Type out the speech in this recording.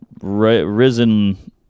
risen